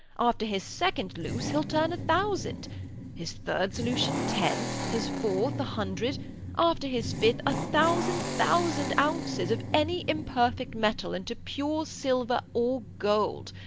after his second loose, he'll turn a thousand his third solution, ten his fourth, a hundred after his fifth, a thousand thousand ounces of any imperfect metal, into pure silver or gold,